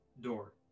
Door